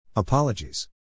Apologies